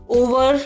over